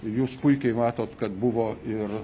ir jūs puikiai matot kad buvo ir